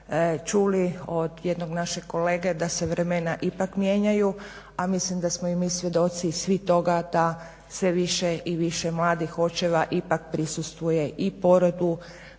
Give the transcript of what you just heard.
čuli od jednog našeg kolege da se vremena ipak mijenjaju a mislim da smo i mi svjedoci i svi toga da se više i više mladih očeva ipak prisustvuje i porodu,